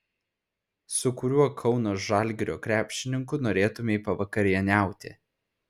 su kuriuo kauno žalgirio krepšininku norėtumei pavakarieniauti